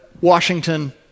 Washington